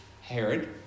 Herod